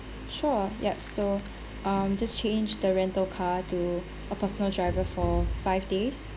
sure yup so um just change the rental car to a personal driver for five days